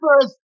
first